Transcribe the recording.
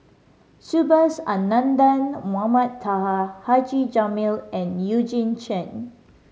Subhas Anandan Mohamed Taha Haji Jamil and Eugene Chen